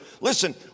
Listen